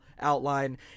outline